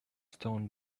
stone